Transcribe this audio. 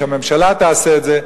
שהממשלה תעשה את זה,